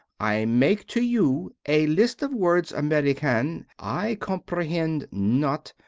i make to you a list of words american i comprehend not,